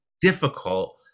difficult